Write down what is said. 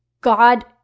God